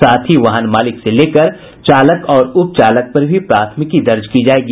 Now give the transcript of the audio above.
साथ ही वाहन मालिक से लेकर चालक और उपचालक पर भी प्राथमिकी दर्ज की जायेगी